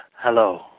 Hello